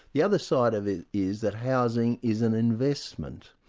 the other side of it is that housing is an investment,